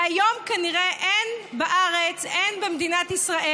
כיום, כנראה אין בארץ, אין במדינת ישראל,